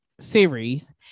series